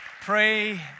Pray